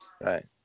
Right